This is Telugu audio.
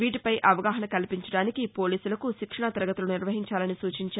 వీటిపై అవగాహన కల్పించడానికి పోలీసులకు శిక్షణా తరగతులు నిర్వహించాలని సూచించారు